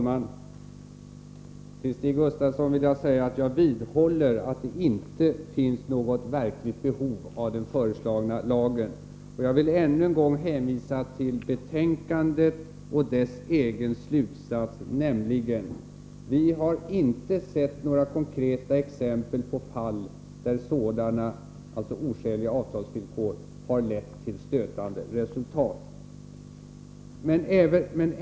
Herr talman! Till Stig Gustafsson vill jag säga att jag vidhåller att det inte finns något verkligt behov av den föreslagna lagen. Jag vill än en gång hänvisa till betänkandet och dess egen slutsats, nämligen att man inte har sett några konkreta exempel på fall där sådana — alltså oskäliga avtalsvillkor — har lett till stötande resultat.